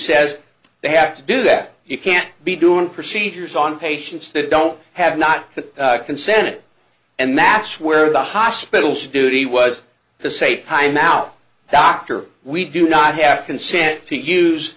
says they have to do that you can't be doing procedures on patients that don't have not consented and match where the hospital's duty was to say time out doctor we do not have consent to use